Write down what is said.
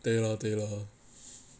对 lor 对 lor